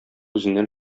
үзеннән